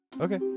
okay